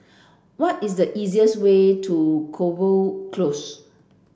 what is the easiest way to Cotswold Close